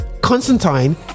Constantine